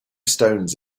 stones